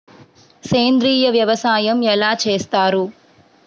సేంద్రీయ వ్యవసాయం ఎలా చేస్తారు?